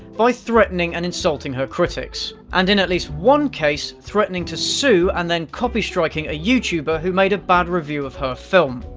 by threatening and insulting her critics, and in at least one case, threatening to sue and then copystriking a youtuber who made a bad review of her film.